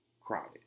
crowded